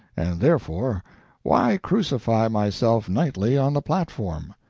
and therefore why crucify myself nightly on the platform!